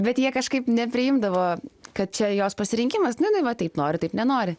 bet jie kažkaip nepriimdavo kad čia jos pasirinkimas nu jinai va taip nori taip nenori